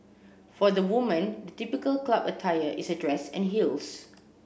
for the woman the typical club attire is a dress and heels